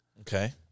Okay